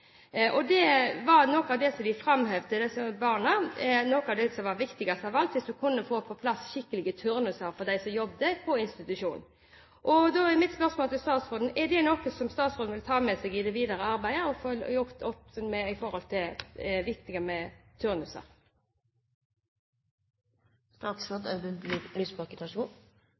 var noe av det som disse barna framhevet. Noe av det som var viktigst av alt, var dersom en kunne få på plass skikkelige turnuser for dem som jobber på institusjonene. Da er mitt spørsmål til statsråden: Er dette noe som statsråden vil ta med seg i det videre arbeidet, følge opp de viktige turnusene? Alle vi som jobber med